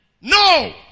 No